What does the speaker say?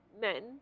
men